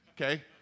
Okay